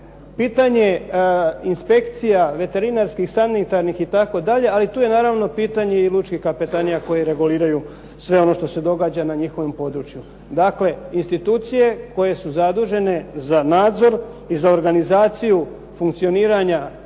Pitanje inspekcija, veterinarskih sanitarnih, itd., ali tu je naravno pitanje i lučkih kapetanija koje reguliraju sve ono što se događa na njihovom području. Dakle, institucije koje su zadužene za nadzor i za organizaciju funkcioniranja